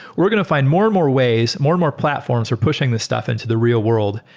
we're going to find more and more ways, more and more platforms are pushing this stuff into the real world,